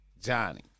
Johnny